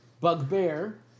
bugbear